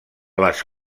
les